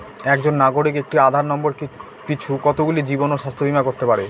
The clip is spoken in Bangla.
একজন নাগরিক একটি আধার নম্বর পিছু কতগুলি জীবন ও স্বাস্থ্য বীমা করতে পারে?